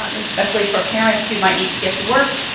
um especially for parents who might need to get to work.